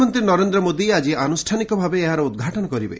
ପ୍ରଧାନମନ୍ତ୍ରୀ ନରେନ୍ଦ୍ର ମୋଦି ଆଜି ଆନୁଷ୍ଠାନିକ ଭାବେ ଏହାର ଉଦ୍ଘାଟନ କରିବେ